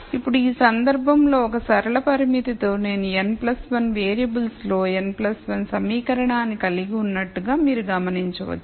ఇప్పుడు ఈ సందర్భంలో ఒక సరళ పరిమితితో నేను n 1 వేరియబుల్స్లో n 1 సమీకరణాన్ని కలిగి ఉన్నట్లు మీరు గమనించవచ్చు